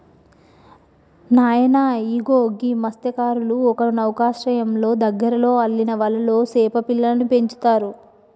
నాయన ఇగో గీ మస్త్యకారులు ఒక నౌకశ్రయంలో దగ్గరలో అల్లిన వలలో సేప పిల్లలను పెంచుతారు